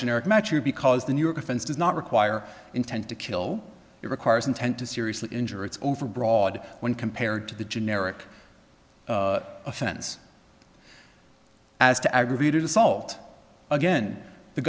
generic matter because the new york offense does not require intent to kill it requires intent to seriously injure it's overbroad when compared to the generic offense as to aggravated assault again the